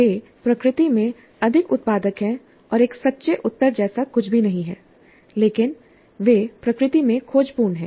वे प्रकृति में अधिक उत्पादक हैं और एक सच्चे उत्तर जैसा कुछ भी नहीं है लेकिन वे प्रकृति में खोजपूर्ण हैं